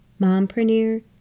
mompreneur